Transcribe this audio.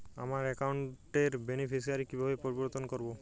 আমার অ্যাকাউন্ট র বেনিফিসিয়ারি কিভাবে পরিবর্তন করবো?